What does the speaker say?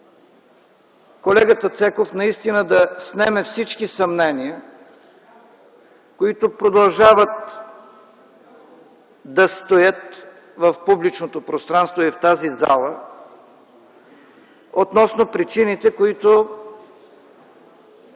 колегата Цеков наистина да снеме всички съмнения, които продължават да стоят в публичното пространство и в тази зала относно причините, които